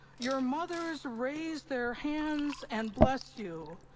your mothers raise their hands and bless you.